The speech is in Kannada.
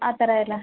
ಆ ಥರ ಎಲ್ಲ